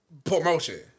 Promotion